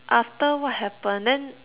after what happened then